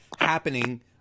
happening